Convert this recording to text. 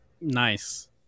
Nice